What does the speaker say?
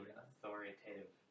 authoritative